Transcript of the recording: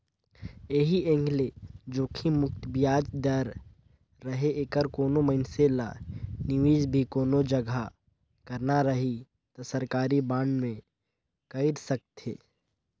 ऐही एंग ले जोखिम मुक्त बियाज दर रहें ऐखर कोनो मइनसे ल निवेस भी कोनो जघा करना रही त सरकारी बांड मे कइर सकथे